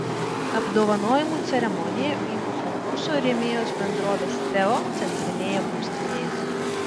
apdovanojimų ceremonija vyko konkurso rėmėjos bendrovės teo centrinėje būstinėje